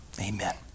amen